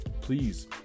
please